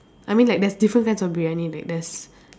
I mean like there's different kinds of Briyani like there's